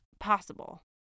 Possible